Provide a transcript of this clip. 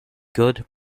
good